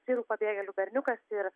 sirų pabėgėlių berniukas ir